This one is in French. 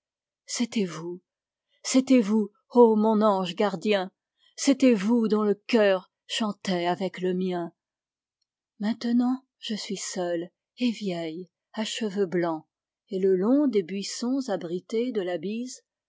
c'était vous c'était vous ô mon ange gardien c'était vous dont le cœur chantait avec le mien maintenant je suis seule et vieille à cheveux blancs et le long des buissons abrités irait bise